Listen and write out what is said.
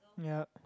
yup